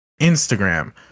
instagram